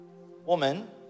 Woman